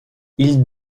ils